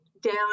down